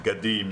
בגדים,